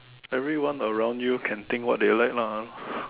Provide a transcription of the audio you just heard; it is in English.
everyone around you can think what they like lah